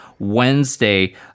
Wednesday